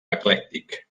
eclèctic